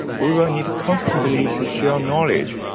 we will need constantly to share knowledge,